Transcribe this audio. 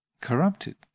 corrupted